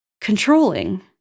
controlling